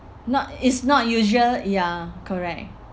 not it's not usual ya correct